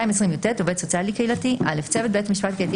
220יט.עובד סוציאלי קהילתי צוות בית משפט קהילתי